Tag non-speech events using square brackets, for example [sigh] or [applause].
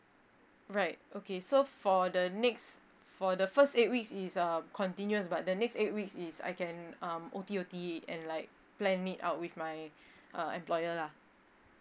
right okay so for the next for the first eight weeks it is a continuous but the next eight weeks is I can um O_T O_T and like plan it out with my [breath] uh employer lah